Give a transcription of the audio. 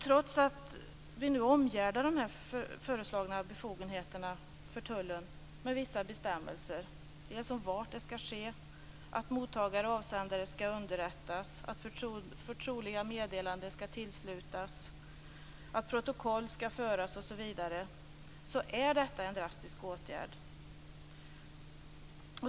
Trots att vi omgärdar de föreslagna befogenheterna för tullen med vissa bestämmelser - var det här skall ske, att mottagare och avsändare skall underrättas, att förtroliga meddelanden skall tillslutas, att protokoll skall föras osv. - är detta en drastisk åtgärd.